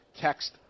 text